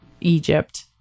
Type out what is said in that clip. Egypt